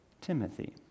Timothy